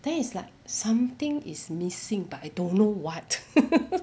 then is like something is missing but I don't know what